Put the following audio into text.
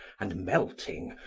and, melting,